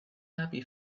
happy